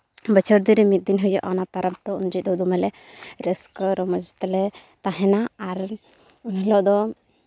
ᱵᱚᱪᱷᱚᱨ ᱫᱤᱱ ᱨᱮ ᱢᱤᱫ ᱫᱤᱱ ᱦᱤᱞᱟᱹᱜ ᱚᱱᱟ ᱯᱚᱨᱚᱵᱽ ᱫᱚ ᱩᱱ ᱡᱚᱦᱚᱡᱽ ᱫᱚ ᱫᱚᱢᱮ ᱞᱮ ᱨᱟᱹᱥᱠᱟᱹ ᱨᱚᱢᱚᱡᱽ ᱛᱮᱞᱮ ᱛᱟᱦᱮᱸᱱᱟ ᱟᱨ ᱮᱱ ᱦᱤᱞᱟᱹᱜ ᱫᱚ